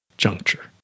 Juncture